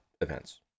events